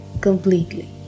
Completely